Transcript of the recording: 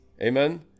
Amen